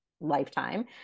lifetime